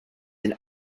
and